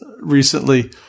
recently